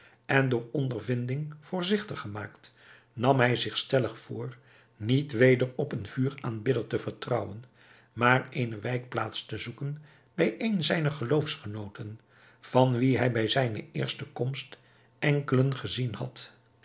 en door ondervinding voorzichtig gemaakt nam hij zich stellig voor niet weder op een vuuraanbidder te vertrouwen maar eene wijkplaats te zoeken bij een zijner geloofsgenooten van wie hij bij zijne eerste komst enkelen gezien had